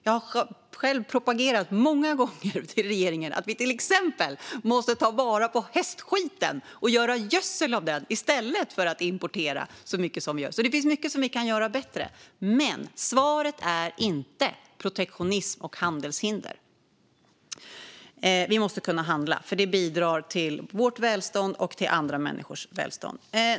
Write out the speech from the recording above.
Jag har själv många gånger propagerat till regeringen för att vi till exempel måste ta vara på hästskiten och göra gödsel av den i stället för att importera så mycket som vi gör. Det finns mycket som vi kan göra bättre, men svaret är inte protektionism och handelshinder. Vi måste kunna handla, för det bidrar till vårt välstånd och till andra människors välstånd.